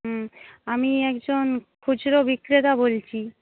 হুম আমি একজন খুচরো বিক্রেতা বলছি